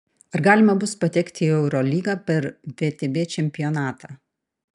ar galima bus patekti į eurolygą per vtb čempionatą